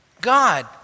God